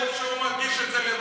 אתה חושב שהוא מגיש את זה לבד,